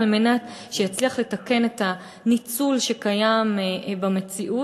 על מנת שיצליח לתקן את הניצול שקיים במציאות.